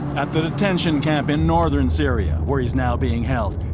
at the detention camp in northern syria where he's now being held,